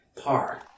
par